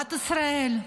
לכלכלת ישראל.